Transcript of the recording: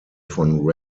von